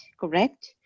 correct